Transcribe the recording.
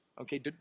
Okay